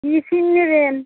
কী SIM নেবেন